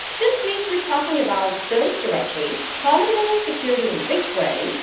this week, we're talking about service directory, column-level security in bigquery,